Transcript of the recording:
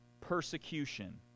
persecution